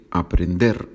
aprender